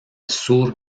sur